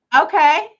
Okay